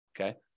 okay